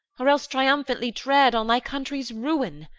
or else triumphantly tread on thy country's ruin,